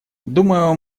думаю